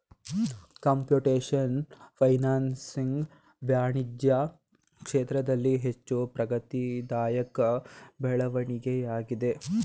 computation financing ವಾಣಿಜ್ಯ ಕ್ಷೇತ್ರದಲ್ಲಿ ಹೆಚ್ಚು ಪ್ರಗತಿದಾಯಕ ಬೆಳವಣಿಗೆಯಾಗಿದೆ